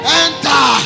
enter